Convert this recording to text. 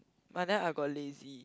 but then I got lazy